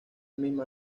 misma